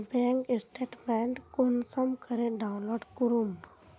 Bank statement कुंसम करे download करूम?